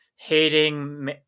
hating